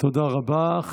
תודה רבה.